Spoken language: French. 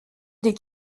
des